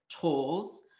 tools